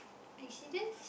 accidents